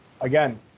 again